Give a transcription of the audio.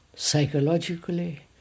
Psychologically